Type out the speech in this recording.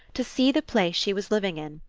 to see the place she was living in,